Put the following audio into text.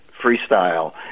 freestyle